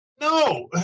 No